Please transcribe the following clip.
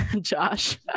Josh